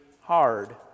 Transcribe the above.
hard